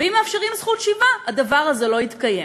ואם מאפשרים זכות שיבה הדבר הזה לא יתקיים.